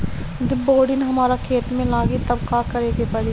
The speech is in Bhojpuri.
जब बोडिन हमारा खेत मे लागी तब का करे परी?